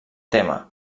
tema